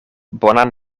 bonan